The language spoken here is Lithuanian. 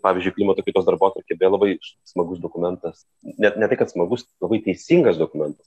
pavyzdžiui klimato kaitos darbotvarkė beje labai smagus dokumentas net ne tai kad smagus labai teisingas dokumentas